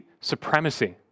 supremacy